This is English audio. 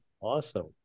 Awesome